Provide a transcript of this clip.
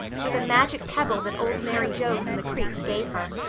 with a magic pebble that old mary joe from the creek gave her.